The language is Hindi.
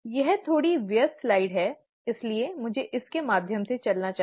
यह थोड़ी व्यस्त स्लाइड है इसलिए मुझे इसके माध्यम से चलना चाहिए